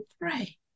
pray